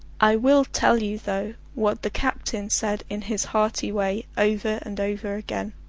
i will tell you, though, what the captain said in his hearty way over and over again.